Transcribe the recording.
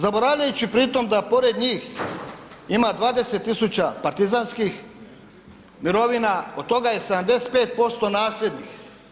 Zaboravljajući pritom da pored njih ima 20.000 partizanskih mirovina, od toga je 75% nasljednih.